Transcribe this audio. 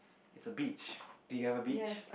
it's a beach do you have a beach